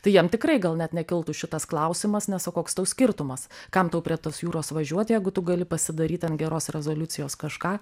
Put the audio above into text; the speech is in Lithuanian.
tai jiem tikrai gal net nekiltų šitas klausimas nes o koks tau skirtumas kam tau prie tos jūros važiuot jeigu tu gali pasidaryt ant geros rezoliucijos kažką